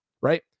right